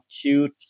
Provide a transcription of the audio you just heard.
cute